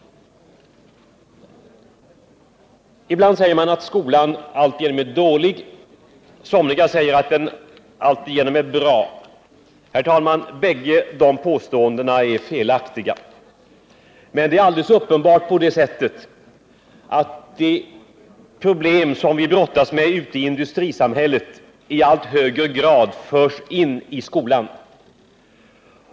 Ibland säger man att skolan alltigenom är dålig. Somliga säger att den alltigenom är bra. Herr talman! Bägge de påståendena är felaktiga. Men det är alldeles uppenbart så att de problem som vi brottas med ute i industrisamhället i allt högre grad förs in i skolan.